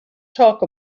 talk